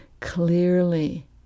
clearly